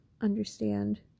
understand